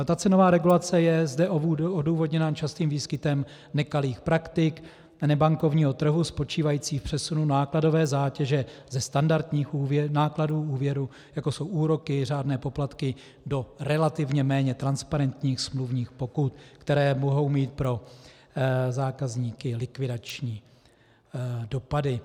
Ta cenová regulace je zde odůvodněna častým výskytem nekalých praktik nebankovního trhu spočívajících v přesunu nákladové zátěže ze standardních nákladů úvěru, jako jsou úroky, řádné poplatky, do relativně méně transparentních smluvních pokut, které mohou mít pro zákazníky likvidační dopady.